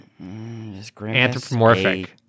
Anthropomorphic